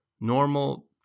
normal